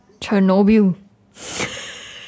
Chernobyl